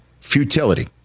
futility